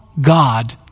God